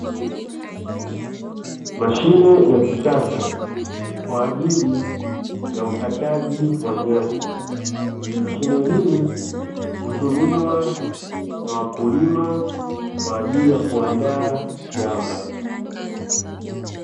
Mashine ya kisasa kwa ajili ya ukataji wa nyasi. Mashine hii hutumiwa na wakulima kwa ajili ya kuandaa shamba.